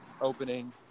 opening